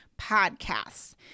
Podcasts